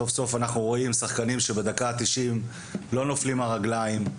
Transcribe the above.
סוף סוף אנחנו רואים שחקנים שבדקה התשעים לא נופלים מהרגליים,